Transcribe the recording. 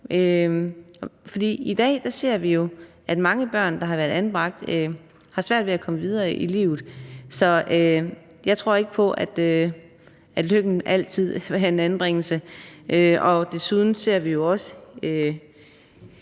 i dag ser vi jo, at mange børn, der har været anbragt, har svært ved at komme videre i livet. Så jeg tror ikke på, at lykken altid vil være en anbringelse. Desuden ser vi jo også